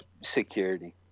security